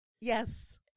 Yes